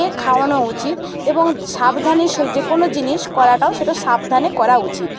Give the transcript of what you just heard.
খাওয়ানো উচিত এবং সাবধানে সে যে কোনো জিনিস করাটাও সেটা সাবধানে করা উচিত